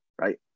right